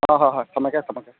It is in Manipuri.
ꯑꯥ ꯍꯣꯏ ꯍꯣꯏ ꯊꯝꯃꯒꯦ ꯊꯝꯃꯒꯦ